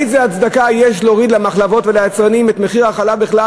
איזו הצדקה יש להוריד למחלבות וליצרנים את מחיר החלב בכלל,